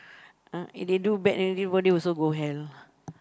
ah they do bad then everybody also go hell